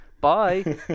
Bye